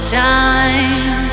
time